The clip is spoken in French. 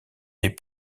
les